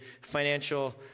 financial